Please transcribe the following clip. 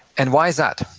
and why is that?